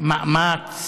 מאמץ